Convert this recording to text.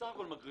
סך הכל מגרסה.